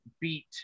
beat